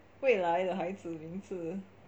未来的孩子名字